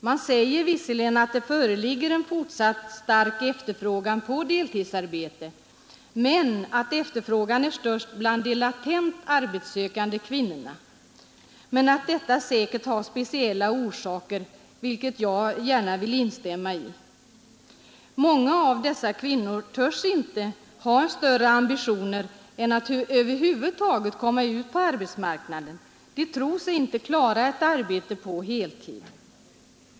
Man säger att det föreligger en fortsatt stark efterfrågan på deltidsarbete, att efterfrågan är störst bland de latent arbetssökande kvinnorna och att detta säkert har speciella orsaker, vilket jag gärna vill instämma i. Många av dessa kvinnor törs inte ha större ambitioner än att över huvud taget komma ut på arbetsmarknaden. De tror sig inte klara ett arbete på heltid.